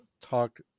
talked